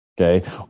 Okay